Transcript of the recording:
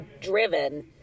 driven